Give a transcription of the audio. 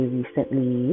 recently